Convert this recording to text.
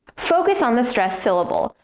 focus on the stressed syllable,